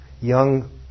young